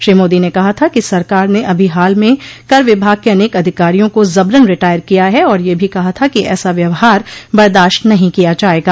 श्री मोदी ने कहा था कि सरकार ने अभी हाल में कर विभाग के अनेक अधिकारियों को जबरन रिटायर किया है और यह भी कहा था कि ऐसा व्यवहार बर्दाश्त नहीं किया जाएगा